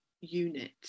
unit